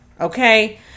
Okay